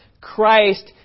Christ